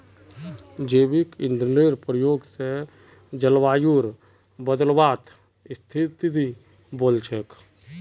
जैविक ईंधनेर प्रयोग स जलवायुर बदलावत स्थिल वोल छेक